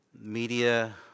media